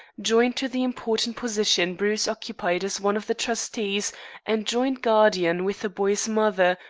joined to the important position bruce occupied as one of the trustees and joint guardian, with the boy's mother,